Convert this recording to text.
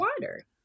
water